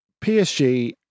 PSG